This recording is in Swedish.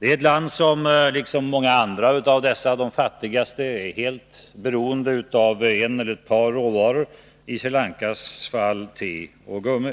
Det är ett land som liksom många andra av dessa de fattigaste är helt beroende av en eller ett par råvaror — i Sri Lankas fall te och gummi.